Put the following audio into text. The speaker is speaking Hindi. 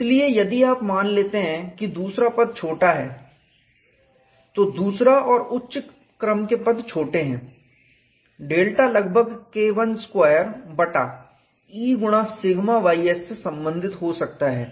इसलिए यदि आप मान लेते हैं कि दूसरा पद छोटा है तो दूसरा और उच्च क्रम के पद छोटे हैं डेल्टा लगभग KI स्क्वायर बटा E गुणा σ ys से संबंधित हो सकता है